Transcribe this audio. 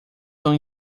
são